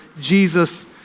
Jesus